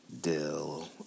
dill